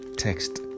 text